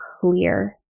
clear